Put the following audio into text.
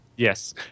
Yes